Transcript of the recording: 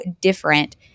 different